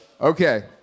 Okay